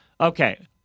okay